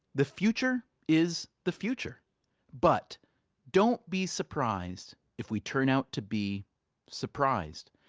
the future is the future but don't be surprised if we turn out to be surprised.